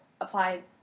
applied